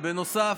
בנוסף,